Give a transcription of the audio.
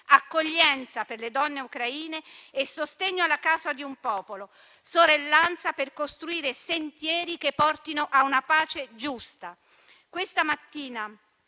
Accoglienza per le donne ucraine e sostegno alla causa di un popolo. Sorellanza per costruire sentieri che portino a una pace giusta. Questa mattina,